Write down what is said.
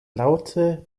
laute